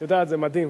את יודעת, זה מדהים